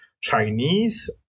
Chinese